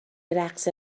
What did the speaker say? رقص